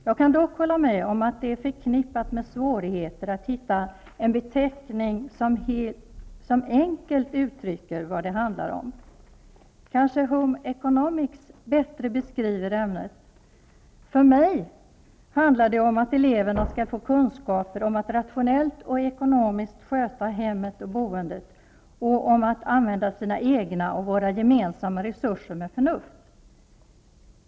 Jag kan dock hålla med om att det är förknippat med svårigheter att hitta en beteckning som enkelt uttrycker vad det handlar om. Kanske ''Home Economics'' bättre beskriver ämnet. För mig handlar det om att eleverna skall få kunskaper om att rationellt och ekonomiskt sköta hemmet och boendet och om att använda sina egna och våra gemensamma resurser med förnuft.